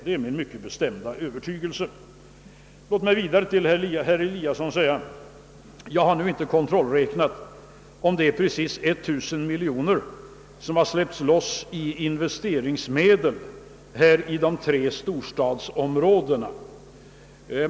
Det är min mycket bestämda övertygelse. Låt mig vidare till herr Eliasson i Sundborn säga, att jag inte kontrollräknat om det är precis 1 000 miljoner kronor som släppts loss av investeringsmedel i de tre storstadsområdena.